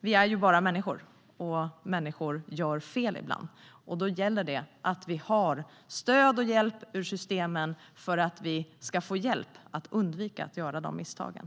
Vi är ju bara människor, och människor gör ibland fel. Då gäller det att vi har stöd och hjälp genom systemen så att vi kan få hjälp att undvika att göra de misstagen.